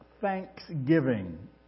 thanksgiving